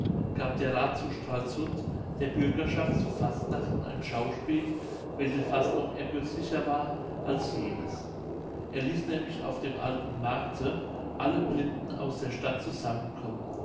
gab der rath zu stralsund der bürgerschaft zu fastnachten ein schauspiel welches fast noch ergötzlicher war als jenes er ließ nämlich auf dem alten markte alle blinden aus der stadt zusammenkommen